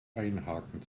einhaken